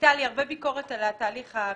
הייתה לי הרבה ביקורת על התהליך הביומטרי,